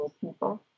people